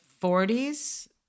40s